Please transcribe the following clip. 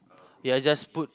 ya just put